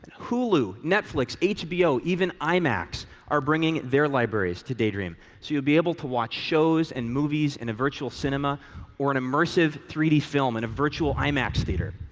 hulu, netflix, hbo, even imax are bringing their libraries to daydream, so you'll be able to watch shows and movies in a virtual cinema or an immersive three d film in a virtual imax theater.